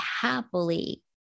happily